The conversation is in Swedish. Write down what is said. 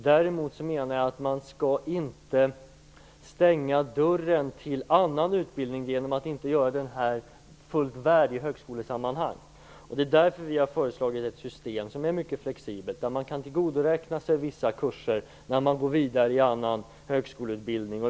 Däremot menar jag att man inte skall stänga dörren till annan utbildning genom att inte göra den här fullt värd i högskolesammanhang Det är därför vi har föreslagit ett system som är mycket flexibelt, där man kan tillgodoräkna sig vissa kurser när man går vidare i annan högskoleutbildning.